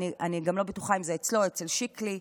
אני גם לא בטוחה אם זה אצלו או אצל שקלי,